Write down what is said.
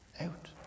Out